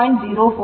22 j0